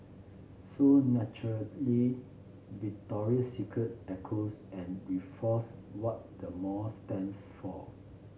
so naturally Victoria's Secret echoes and reinforce what the mall stands for